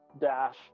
dash